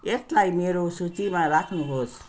यसलाई मेरो सूचीमा राख्नुहोस्